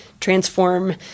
transform